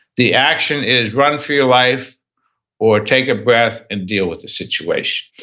the action is run for your life or take a breath and deal with the situation.